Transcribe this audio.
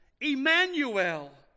Emmanuel